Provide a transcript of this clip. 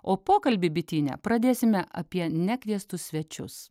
o pokalbį bityne pradėsime apie nekviestus svečius